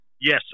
Yes